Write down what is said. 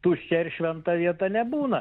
tuščia ir šventa vieta nebūna